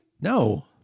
No